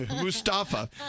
Mustafa